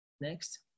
Next